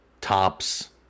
tops